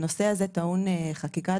הנושא הזה טעון חקיקה,